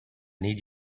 need